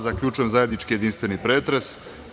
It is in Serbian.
Zaključujem zajednički jedinstveni pretres.